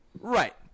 Right